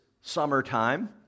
summertime